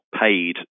paid